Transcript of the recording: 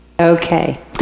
Okay